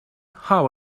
how